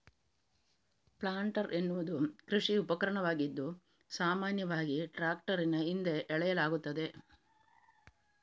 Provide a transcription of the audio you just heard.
planter ಎನ್ನುವುದು ಕೃಷಿ ಉಪಕರಣವಾಗಿದ್ದು, ಸಾಮಾನ್ಯವಾಗಿ ಟ್ರಾಕ್ಟರಿನ ಹಿಂದೆ ಎಳೆಯಲಾಗುತ್ತದೆ